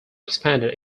expanded